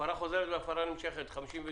הפרה56.